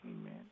Amen